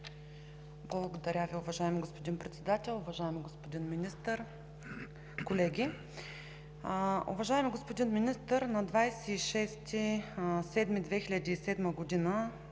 Благодаря Ви, уважаеми господин Председател. Уважаеми господин Министър, колеги! Уважаеми господин Министър, на 26 юли 2017 г.